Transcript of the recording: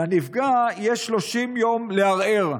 לנפגע יש 30 יום לערער.